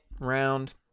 round